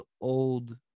old